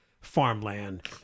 farmland